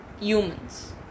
humans